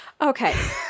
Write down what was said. Okay